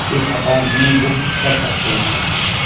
کے appointment book کر سکتے ہیں